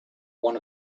one